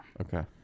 Okay